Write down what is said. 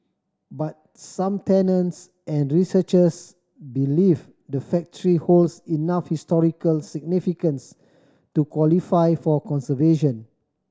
but some tenants and researchers believe the factory holds enough historical significance to qualify for conservation